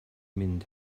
mynd